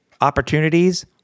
opportunities